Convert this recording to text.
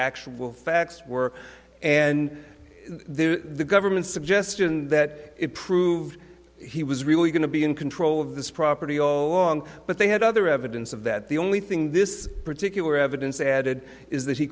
actual facts were and then the government suggestion that it proved he was really going to be in control of this property all along but they had other evidence of that the only thing this particular evidence added is that he